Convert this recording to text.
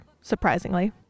surprisingly